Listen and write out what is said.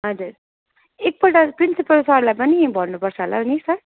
हजुर एकपल्ट प्रिन्सिपल सरलाई पनि भन्नुपर्छ होला नि सर